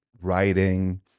writing